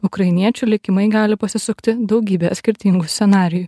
ukrainiečių likimai gali pasisukti daugybė skirtingų scenarijų